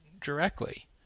directly